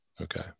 Okay